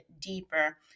deeper